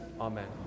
Amen